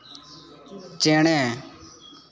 ᱪᱮᱬᱮ